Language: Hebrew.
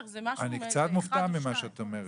אני קצת מופתע ממה שאת אומרת.